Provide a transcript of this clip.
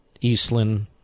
Eastland